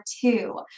two